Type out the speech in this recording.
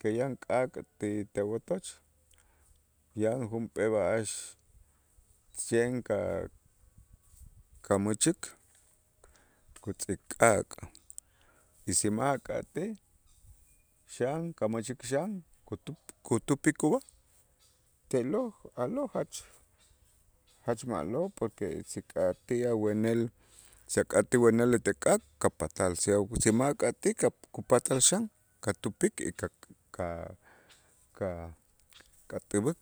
que yan k'aak' ti tawotoch yan junp'ee b'a'ax cien ka- kamächik kutz'ik k'aak' y si ma' ak'atij, xan kamächik, xan kutup kutupik ub'aj te'lo' a'lo' jach jach ma'lo' porque si ak'atij awenel si ak'atij wenel ete k'aak' kapatal si- si ma' ak'atij ka- kupatal xan katupik y ka- kat- ka- k'atub'uk.